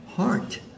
Heart